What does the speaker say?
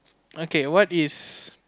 okay what is